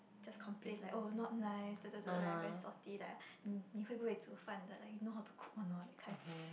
just complain like oh not nice da da da da like very salty like 你会不会厨饭的 like you know how to cook or not that kind